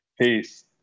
Peace